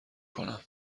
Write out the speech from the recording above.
کنم